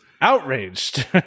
outraged